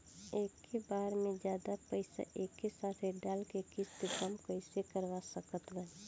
एके बार मे जादे पईसा एके साथे डाल के किश्त कम कैसे करवा सकत बानी?